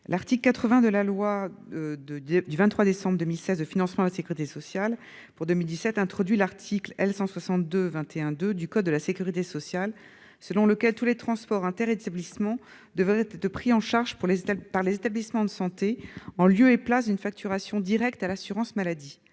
L'article 80 de la loi du 23 décembre 2016 de financement de la sécurité sociale pour 2017 a introduit l'article L. 162-21-2 du code de la sécurité sociale aux termes duquel tous les transports inter-établissements devraient être pris en charge par les établissements de santé, en lieu et place d'une facturation directe à l'assurance maladie.